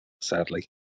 sadly